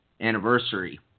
anniversary